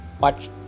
watch